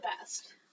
best